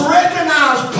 recognize